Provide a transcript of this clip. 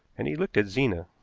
and he looked at zena.